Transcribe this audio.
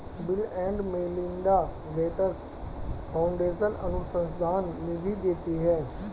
bill and Melinda Gates Foundation अनुसंधान निधि देती है